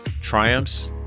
triumphs